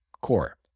Core